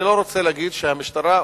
אני לא רוצה להגיד שלמשטרה,